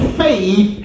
faith